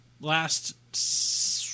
last